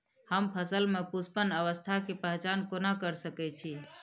हम फसल में पुष्पन अवस्था के पहचान कोना कर सके छी?